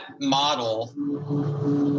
model